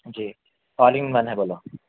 G all in one ہے بولو